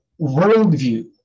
worldview